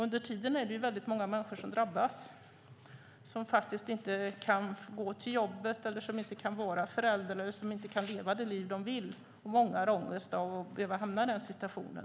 Under tiden är det väldigt många människor som drabbas, som inte kan gå till jobbet, vara föräldrar eller leva det liv de vill. Många har ångest av att behöva hamna i den situationen.